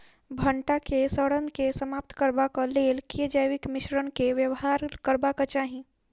भंटा केँ सड़न केँ समाप्त करबाक लेल केँ जैविक मिश्रण केँ व्यवहार करबाक चाहि?